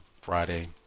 Friday